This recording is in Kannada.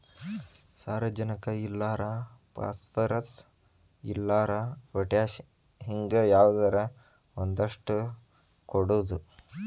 ಸಾರಜನಕ ಇಲ್ಲಾರ ಪಾಸ್ಪರಸ್, ಇಲ್ಲಾರ ಪೊಟ್ಯಾಶ ಹಿಂಗ ಯಾವದರ ಒಂದಷ್ಟ ಕೊಡುದು